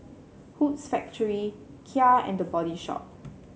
Hoops Factory Kia and The Body Shop